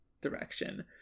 direction